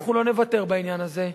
אנחנו לא נוותר בעניין הזה.